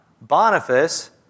Boniface